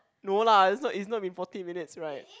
no lah it's not it's not been forty minutes right